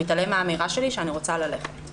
מתעלם מהאמירה שלי שאני רוצה ללכת.